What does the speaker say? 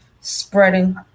spreading